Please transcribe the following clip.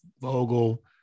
Vogel